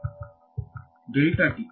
ವಿದ್ಯಾರ್ಥಿ delta t